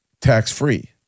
tax-free